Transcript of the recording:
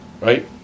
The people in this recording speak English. right